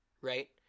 right